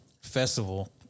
festival